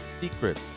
Secret